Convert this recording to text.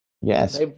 Yes